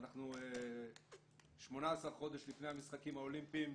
אנחנו 18 חודש לפני המשחקים האולימפיים,